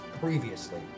previously